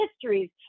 histories